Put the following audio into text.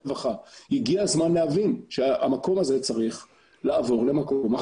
הגיע הזמן להבין המקום הזה צריך לעבור למקום אחר.